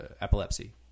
epilepsy